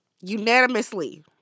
Unanimously